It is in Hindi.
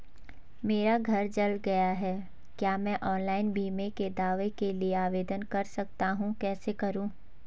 मेरा घर जल गया है क्या मैं ऑनलाइन बीमे के दावे के लिए आवेदन कर सकता हूँ कैसे करूँ?